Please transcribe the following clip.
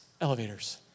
elevators